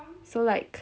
so like